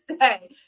say